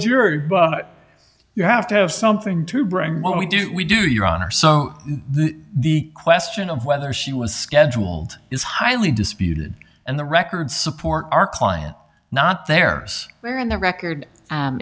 your you have to have something to bring when we do we do your honor so the question of whether she was scheduled is highly disputed and the record support our client not there where in the record